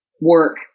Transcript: work